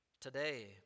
today